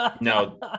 No